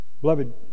Beloved